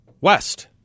west